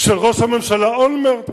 של ראש הממשלה אולמרט,